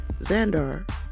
Xandar